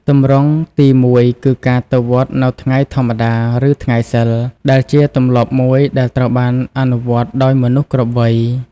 ទម្រង់ទីមួយគឺការទៅវត្តនៅថ្ងៃធម្មតាឬថ្ងៃសីល ដែលជាទម្លាប់មួយដែលត្រូវបានអនុវត្តដោយមនុស្សគ្រប់វ័យ។